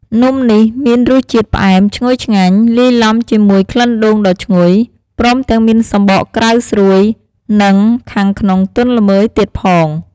នំនេះមានរសជាតិផ្អែមឈ្ងុយឆ្ងាញ់ លាយឡំជាមួយក្លិនដូងដ៏ឈ្ងុយ ព្រមទាំងមានសំបកក្រៅស្រួយ និងខាងក្នុងទន់ល្មើយទៀតផង។